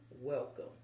welcome